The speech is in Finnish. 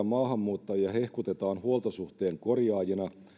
maahanmuuttajia hehkutetaan huoltosuhteen korjaajina